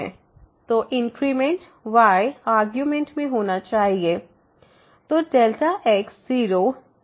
तो increment y argument में होनी चाहिए